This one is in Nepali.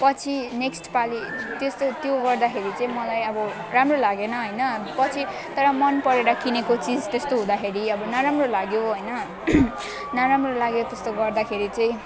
पछि नेक्स्ट पालि त्यस्तो त्यो गर्दाखेरि चाहिँ मलाई अब राम्रो लागेन होइन पछि तर मनपरेर किनेको चिज त्यस्तो हुँदाखेरि अब नराम्रो लाग्यो होइन नराम्रो लाग्यो त्यस्तो गर्दाखेरि चाहिँ